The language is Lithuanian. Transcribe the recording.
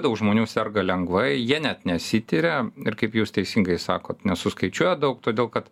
daug žmonių serga lengvai jie net nesitiria ir kaip jūs teisingai sakot nesuskaičiuoja daug todėl kad